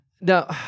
Now